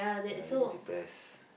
ya he depressed